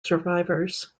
survivors